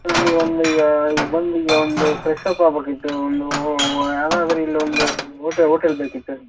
ಹಾಂ ನೀವು ಒಂದು ಈಗ ಇಲ್ಲಿ ಬಂದು ಈಗ ಒಂದು ಫ್ರೆಶ್ಶಪ್ ಆಗಬೇಕಿತ್ತು ಒಂದು ಯಾವ್ದಾದರೂ ಇಲ್ಲಿ ಒಂದು ಓಟೆ ಓಟೆಲ್ ಬೇಕಿತ್ತು